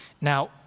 Now